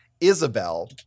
Isabel